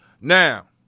Now